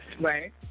Right